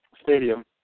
Stadium